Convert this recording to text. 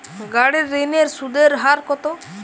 গাড়ির ঋণের সুদের হার কতো?